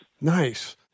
Nice